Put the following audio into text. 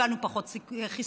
קיבלנו פחות חיסונים,